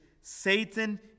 Satan